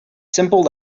simple